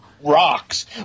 rocks